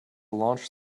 launch